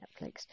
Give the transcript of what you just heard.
Netflix